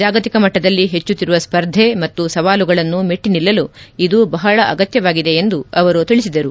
ಜಾಗತಿಕ ಮಟ್ಟದಲ್ಲಿ ಹೆಚ್ಚುತ್ತಿರುವ ಸ್ಪರ್ಧೆ ಮತ್ತು ಸವಾಲುಗಳನ್ನು ಮೆಟ್ಟ ನಿಲ್ಲಲು ಇದು ಬಹಳ ಅಗತ್ಯವಾಗಿದೆ ಎಂದು ಹೇಳಿದರು